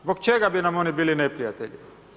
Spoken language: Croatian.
Zbog čega bi nam oni bili neprijatelji?